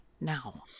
now